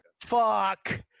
Fuck